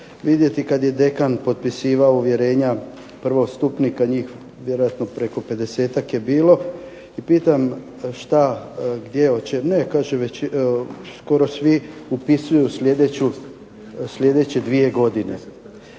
vidjeti kad je dekan potpisivao uvjerenja prvostupnika, njih vjerojatno preko 50-tak je bilo. I pitam šta, gdje …/Ne razumije se./… ne, kaže skoro svi upisuju sljedeće dvije godine.